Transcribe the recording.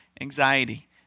anxiety